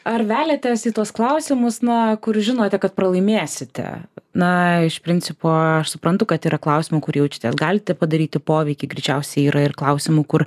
ar veliatės į tuos klausimus na kur žinote kad pralaimėsite na iš principo aš suprantu kad yra klausimų kur jaučiatės galite padaryti poveikį greičiausiai yra ir klausimų kur